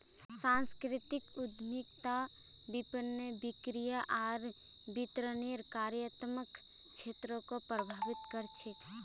सांस्कृतिक उद्यमिता विपणन, बिक्री आर वितरनेर कार्यात्मक क्षेत्रको प्रभावित कर छेक